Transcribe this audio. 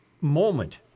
moment